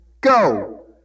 Go